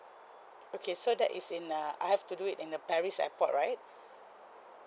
okay so that is in uh I have to do it in the paris airport right